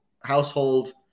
household